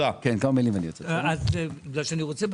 הסכים לבנות בית ספר ובשנייה האחרונה הוא משך את